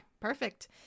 Perfect